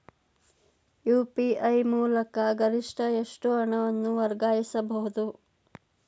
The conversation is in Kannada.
ಯು.ಪಿ.ಐ ಮೂಲಕ ಗರಿಷ್ಠ ಎಷ್ಟು ಹಣವನ್ನು ವರ್ಗಾಯಿಸಬಹುದು?